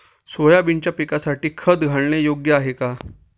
सोयाबीनच्या पिकासाठी खत घालणे योग्य आहे का?